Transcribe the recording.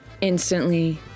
instantly